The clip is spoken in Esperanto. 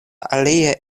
alia